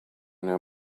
know